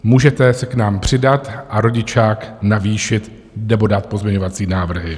Můžete se k nám přidat a rodičák navýšit nebo dát pozměňovací návrhy.